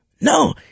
No